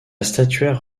statuaire